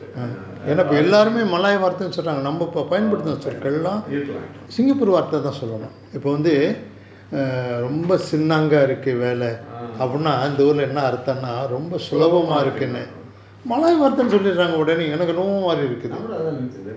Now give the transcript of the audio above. eh oh பயன்படுத்துற இருக்கலாம் இருக்கலாம்:payanpaduthura irukalaam irukalaam err சுலபமா இருக்குனு அர்த்தம் நான் கூட அதான் நினைச்சேன்:sulabama irukkunu artham naan kooda athaan ninaichaen sir